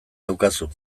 daukazu